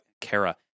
Kara